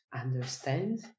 understand